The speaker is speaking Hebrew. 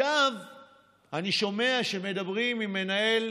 אני שומע שמדברים עם מנהל,